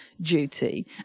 duty